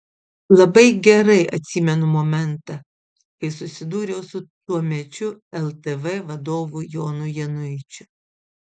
labai gerai atsimenu momentą kai susidūriau su tuomečiu ltv vadovu jonu januičiu